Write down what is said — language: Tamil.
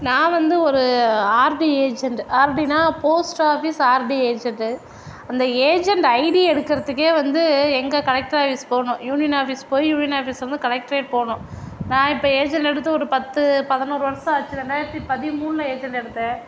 நான் வந்து ஒரு ஆர்டி ஏஜென்ட்டு ஆர்டின்னா போஸ்ட் ஆஃபீஸ் ஆர்டி ஏஜென்ட்டு அந்த ஏஜென்ட் ஐடி எடுக்கிறதுக்கே வந்து எங்கே கலெக்டர் ஆஃபீஸ் போகணும் யூனியன் ஆஃபீஸ் போய் யூனியன் ஆஃபீஸ்லருந்து கலெக்டரேட் போகணும் நான் இப்போ ஏஜென்ட் எடுத்து ஒரு பத்து பதினொரு வருஷம் ஆச்சு ரெண்டாயிரத்து பதிமூணில் ஏஜென்ட் எடுத்தேன்